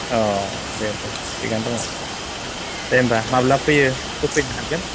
अ दे दे थिगानो दङ दे होमब्ला माब्ला फैयो होफैनो हागोन